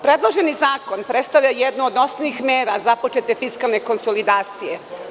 Predloženi zakon predstavlja jednu od osnovnih mera za početak fiskalne konsolidacije.